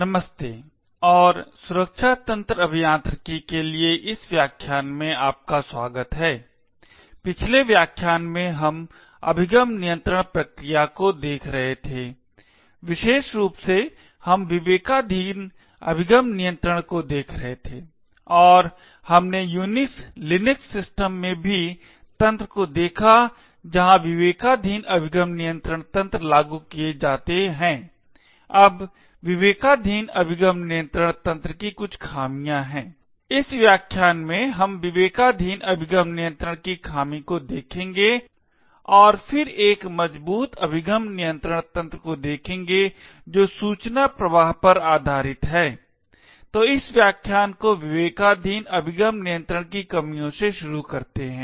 नमस्ते और सुरक्षा तंत्र अभियांत्रिकी के लिए इस व्याख्यान में आपका स्वागत है पिछले व्याख्यान में हम अभिगम नियंत्रण प्रक्रिया को देख रहे थे विशेष रूप से हम विवेकाधीन अभिगम नियंत्रण को देख रहे थे और हमने यूनिक्स लिनक्स सिस्टम में भी तंत्र को देखा जहां विवेकाधीन अभिगम नियंत्रण तंत्र लागू किए जाते हैं अब विवेकाधीन अभिगम नियंत्रण तंत्र की कुछ कमियां हैं इस व्याख्यान में हम विवेकाधीन अभिगम नियंत्रण की खामी को देखेंगे और फिर एक मजबूत अभिगम नियंत्रण तंत्र को देखेंगे जो सूचना प्रवाह पर आधारित है तो इस व्याख्यान को विवेकाधीन अभिगम नियंत्रण की कमियों से शुरू करते हैं